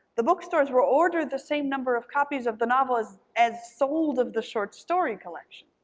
the bookstores will order the same number of copies of the novel as as sold of the short story collection,